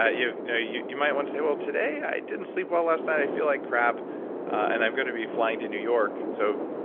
ah you know you you might want to say, well today i didn't sleep well last night, i feel like crap and i'm going to be flying to new york so,